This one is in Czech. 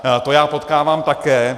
To já potkávám také.